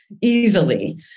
easily